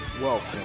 Welcome